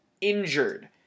injured